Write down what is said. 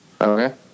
Okay